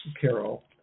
Carol